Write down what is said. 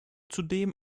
zudem